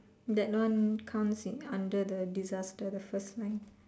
that one counts in under the disaster the first line